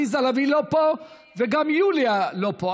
עליזה לביא לא פה וגם יוליה לא פה.